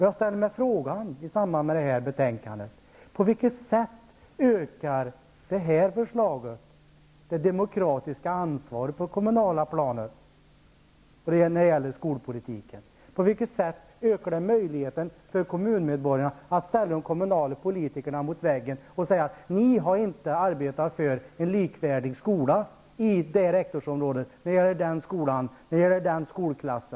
Jag ställer mig i samband med detta betänkande frågan på vilket sätt detta förslag ökar det demokratiska ansvaret på det kommunala planet när det gäller skolpolitiken. På vilket sätt ökar det möjligheten för kommunmedborgarna att ställa de kommunala politikerna mot väggen och säga att de inte har arbetat för en likvärdig skola i ett visst rektorsområde, när det gäller en viss skola eller en viss skolklass?